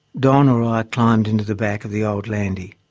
don or ah i climbed into the back of the old landie,